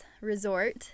Resort